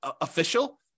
official